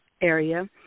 area